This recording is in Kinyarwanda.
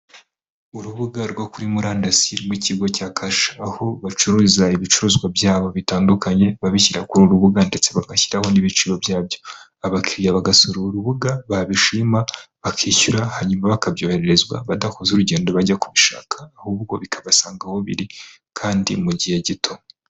Urubuga rwo kuri murandasi rw'ikigo cya kasha, aho bacururiza ibicuruzwa byabo bitandukanye babishyira kuri uru rubuga ndetse bagashyiraho n'ibiciro byabyo. Abakiriya bagasura urubuga babishima bakishyura hanyuma bakabyohererezwa badakoze urugendo bajya kubishaka ahubwo bikabasanga aho biri kandi mu gihe gito.